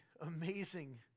amazing